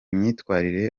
myitwarire